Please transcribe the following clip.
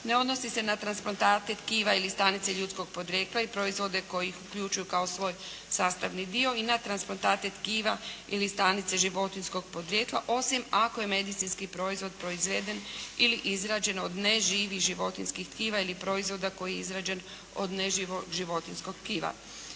Ne odnosi se na transplantate tkiva ili stanica ljudskog podrijetla i proizvode koji uključuju kao svoj sastavni dio i na transplantate tkiva ili stanice životinjskog podrijetla osim ako je medicinski proizvod proizveden ili izrađen od neživih životinjskih tkiva ili proizvoda koji je izrađen od neživog životinjskog tkiva.